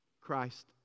Christ